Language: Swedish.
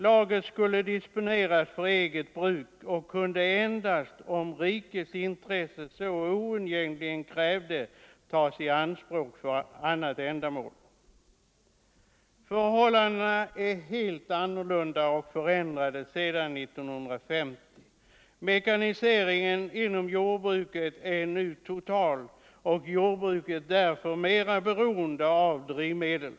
Lagret skulle disponeras för eget bruk och kunde endast om rikets intresse så oundgängligen krävde tas i anspråk för annat ändamål. Förhållandena har helt förändrats sedan 1950. Mekaniseringen inom jordbruket är nu total och jordbruket är därför mera beroende av drivmedel.